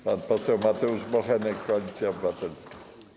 Pan poseł Mateusz Bochenek, Koalicja Obywatelska.